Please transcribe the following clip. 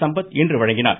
சம்பத் இன்று வழங்கினார்